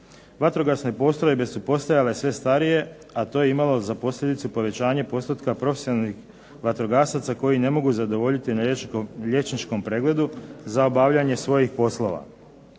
Vatrogasne postrojbe su postojale sve starije, a to je imalo za posljedicu povećanje postotka profesionalnih vatrogasaca koji ne mogu zadovoljiti na liječničkom pregledu za obavljanje svojih poslova.